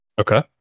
Okay